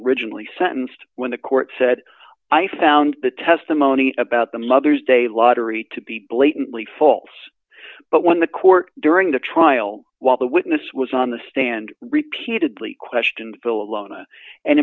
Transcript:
originally sentenced when the court said i found the testimony about the mother's day lottery to be blatantly false but when the court during the trial while the witness was on the stand repeatedly questioned vil